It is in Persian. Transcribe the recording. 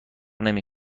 نمی